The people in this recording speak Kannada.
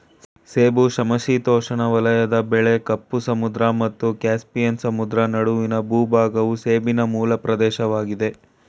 ಸೇಬು ಸಮಶೀತೋಷ್ಣ ವಲಯದ ಬೆಳೆ ಕಪ್ಪು ಸಮುದ್ರ ಮತ್ತು ಕ್ಯಾಸ್ಪಿಯನ್ ಸಮುದ್ರ ನಡುವಿನ ಭೂಭಾಗವು ಸೇಬಿನ ಮೂಲ ಪ್ರದೇಶವಾಗಿದೆ